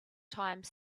time